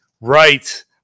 Right